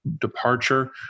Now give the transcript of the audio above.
departure